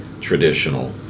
traditional